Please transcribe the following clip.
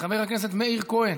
חבר הכנסת מאיר כהן,